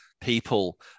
people